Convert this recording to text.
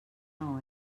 una